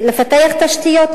לפתח תשתיות,